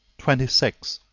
twenty six.